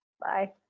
Bye